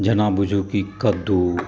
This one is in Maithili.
जेना बुझूँ की कद्दू